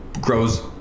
grows